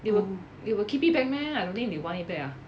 it will it will keep it back meh I don't think they want you ah